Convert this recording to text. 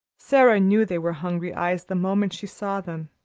sara knew they were hungry eyes the moment she saw them,